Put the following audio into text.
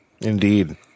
Indeed